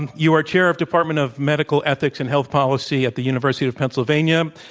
and you are chair of department of medical ethics in health policy at the university of pennsylvania.